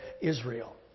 Israel